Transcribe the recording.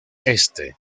este